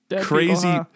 Crazy